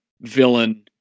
villain